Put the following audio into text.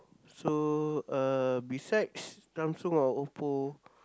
so uh besides Samsung or Oppo